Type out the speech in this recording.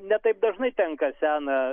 ne taip dažnai tenka seną